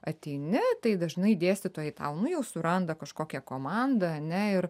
ateini tai dažnai dėstytojai tau nu jau suranda kažkokią komandą ane ir